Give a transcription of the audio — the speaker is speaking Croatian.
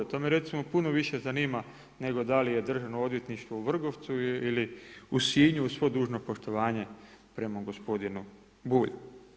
To me recimo puno više zanima, nego da li je Državno odvjetništvo u Vrgorcu ili u Sinju uz svo dužno poštovanje prema gospodinu Bulju.